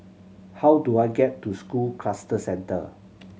how do I get to School Cluster Centre